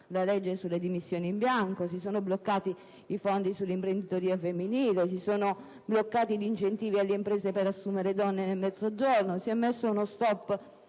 la legge sulle dimissioni in bianco, si sono bloccati i fondi sull'imprenditoria femminile, si sono bloccati gli incentivi alle imprese per assumere donne nel Mezzogiorno, si è messo uno stop